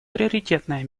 приоритетное